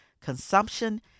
consumption